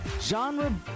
Genre